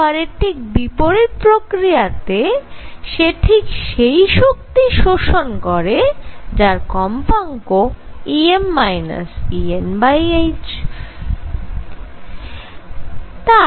আবার এর ঠিক বিপরীত প্রক্রিয়াতে সে ঠিক সেই শক্তি শোষণ করে যার কম্পাঙ্ক হয় Em Enh